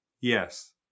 Yes